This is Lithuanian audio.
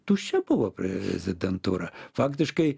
tuščia buvo prezidentūra faktiškai